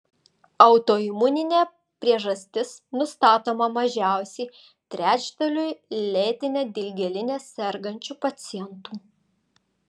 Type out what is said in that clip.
autoimuninė priežastis nustatoma mažiausiai trečdaliui lėtine dilgėline sergančių pacientų